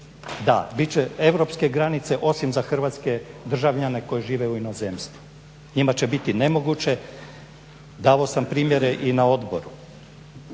Da, bit će europske granice osim za hrvatske državljane koji žive u inozemstvu. Njima će biti nemoguće, davao sam primjere i na odboru,